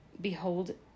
Behold